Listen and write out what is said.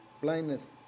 blindness